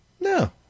No